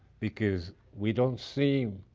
because we don't seem